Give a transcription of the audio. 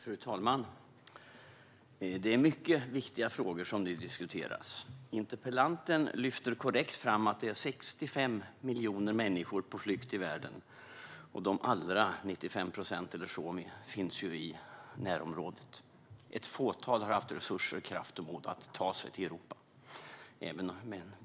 Fru talman! Det är viktiga frågor som diskuteras. Interpellanten lyfter korrekt fram att det är 65 miljoner människor på flykt i världen. De allra flesta, 95 procent eller så, finns i närområdena. Ett fåtal har resurser, kraft och mod att ta sig till Europa.